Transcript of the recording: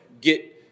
get